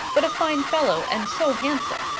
but a fine fellow and so handsome!